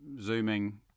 Zooming